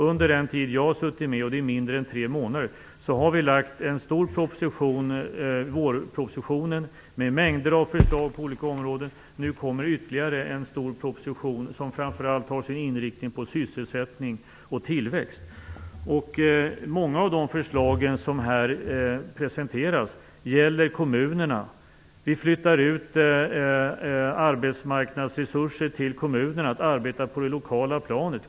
Under den tid som jag har suttit med - och det är mindre än tre månader - har vi lagt fram en omfattande proposition - vårpropositionen - med mängder av förslag på olika områden. Nu kommer det ytterligare en omfattande proposition som framför allt är inriktad på sysselsättning och tillväxt. Många av de förslag som här presenteras gäller kommunerna. Vi flyttar över arbetsmarknadsresurser till kommunerna för att de skall kunna arbeta på det lokala planet.